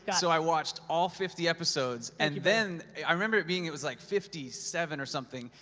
so i watched all fifty episodes and then, i remember it being, it was like fifty seven or something,